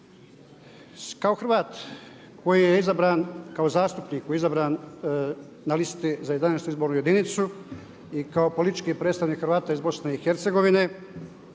Kao Hrvat koji je izabran kao zastupnik izabran na listi za 11. izbornu jedinicu i kao politički predstavnik Hrvata iz Bosne i Hercegovine